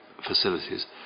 facilities